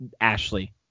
Ashley